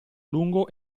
lungo